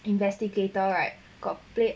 investigator right got play